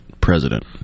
president